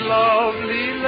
lovely